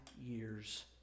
years